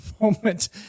moment